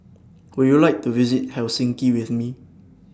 Would YOU like to visit Helsinki with Me